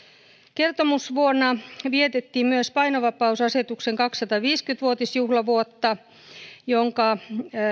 kertomusvuonna vietettiin myös painovapausasetuksen kaksisataaviisikymmentä vuotisjuhlavuotta jonka